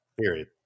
period